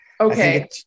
Okay